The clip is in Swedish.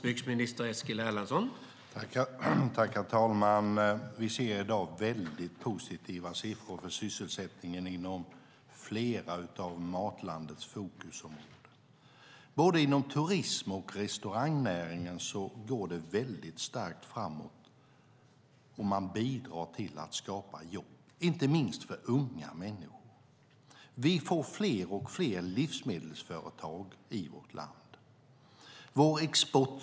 Herr talman! Vi ser i dag väldigt positiva siffror för sysselsättningen inom flera av Matlandets fokusområden. Både inom turist och restaurangnäringen går det starkt framåt. Man bidrar också till att skapa jobb, inte minst för unga människor. Fler och fler livsmedelsföretag startas i vårt land.